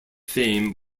fame